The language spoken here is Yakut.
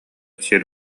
сир